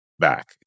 back